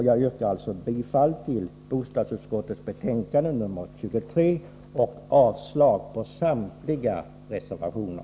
Jag yrkar alltså bifall till bostadsutskottets hemställan i betänkandet 23 och avslag på samtliga reservationer.